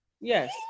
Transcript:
Yes